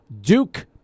Duke